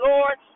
Lord